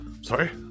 Sorry